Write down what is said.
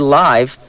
live